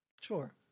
Sure